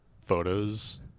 photos